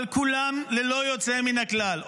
אבל כולם ללא יוצא מן הכלל,